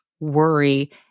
worry